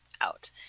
out